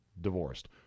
divorced